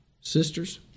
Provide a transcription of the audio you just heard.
Sisters